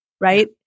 right